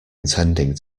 intending